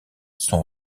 sont